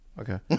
Okay